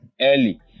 early